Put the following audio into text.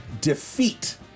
defeat